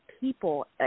people